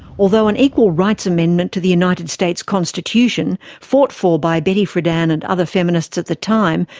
although an equal rights amendment to the united states constitution, fought for by betty friedan and other feminists at the time,